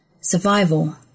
survival